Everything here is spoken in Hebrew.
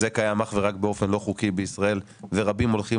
זה קיים אך ורק באופן לא חוקי בישראל ורבים הולכים